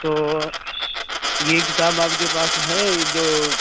تو یہ کتاب آپ کے پاس ہے جو